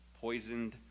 Poisoned